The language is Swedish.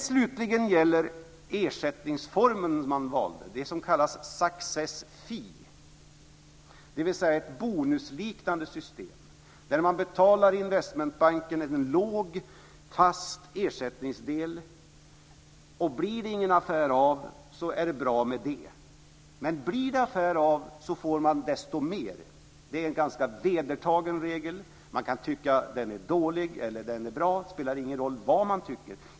Slutligen gäller det den ersättningsform som man valde, det som kallas success fee, dvs. ett bonusliknande system där man betalar investmentbanken en låg fast ersättningsdel. Blir det ingen affär är det bra med det, men blir det affär får den desto mer. Det är en ganska vedertagen regel. Man kan tycka att den är dålig eller bra. Det spelar ingen roll vad man tycker.